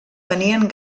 tenien